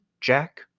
Jack